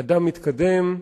אדם מתקדם.